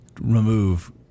remove